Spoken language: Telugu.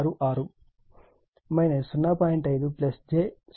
5 j 0